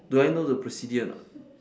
do I know the procedure or not